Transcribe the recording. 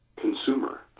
consumer